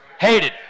hated